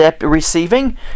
receiving